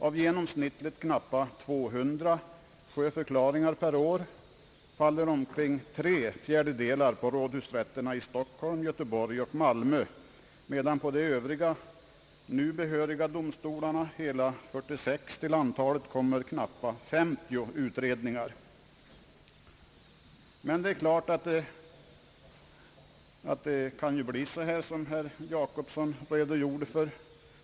Av genomsnittligt knappa 200 sjöförklaringar per år faller omkring tre fjärdedelar på rådhusrätterna i Stockholm, Göteborg och Malmö, medan på de övriga nu behöriga domstolarna, hela 46 till antalet, kommer knappa 50 utredningar. Det är givet att det kan bli så som herr Jacobsson redogjorde för.